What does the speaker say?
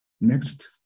Next